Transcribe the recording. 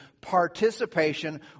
participation